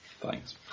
Thanks